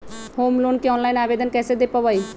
Home loan के online आवेदन कैसे दें पवई?